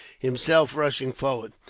himself rushing forward.